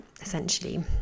essentially